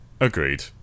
Agreed